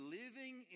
living